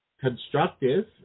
constructive